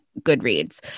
Goodreads